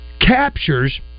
captures